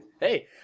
Hey